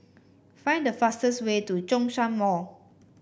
find the fastest way to Zhongshan Mall